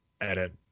edit